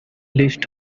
list